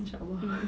inshaallah